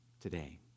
today